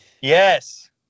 Yes